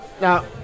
now